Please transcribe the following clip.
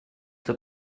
zur